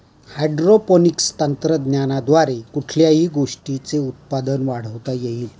Hydroponics तंत्रज्ञानाद्वारे कुठल्या गोष्टीचे उत्पादन वाढवता येईल?